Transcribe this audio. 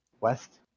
west